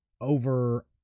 over